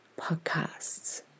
podcasts